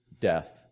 death